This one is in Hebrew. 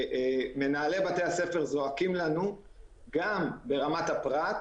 מנהלי בתי הספר זועקים אלינו גם ברמת הפרט,